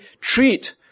treat